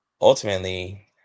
Ultimately